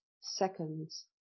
seconds